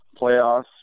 playoffs